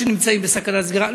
שבסכנת סגירה.